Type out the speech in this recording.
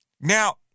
Now